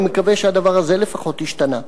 אני מקווה שהדבר הזה לפחות השתנה.